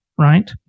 Right